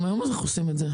גם היום אנחנו עושים את זה.